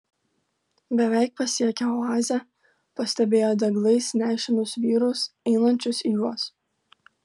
beveik pasiekę oazę pastebėjo deglais nešinus vyrus einančius į juos